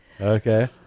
Okay